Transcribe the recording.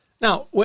Now